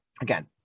again